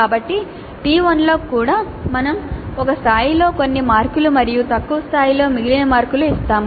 కాబట్టి టి 1 లో కూడా మేము ఒక స్థాయిలో కొన్ని మార్కులు మరియు తక్కువ స్థాయిలో మిగిలిన మార్కులు ఇస్తాము